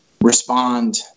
respond